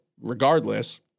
regardless